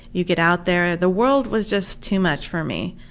you get out there. the world was just too much for me.